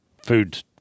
food